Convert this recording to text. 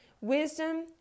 Wisdom